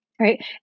right